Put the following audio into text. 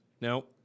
No